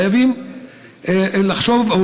חייבים לחשוב,